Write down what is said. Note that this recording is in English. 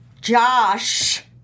Josh